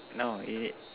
no you need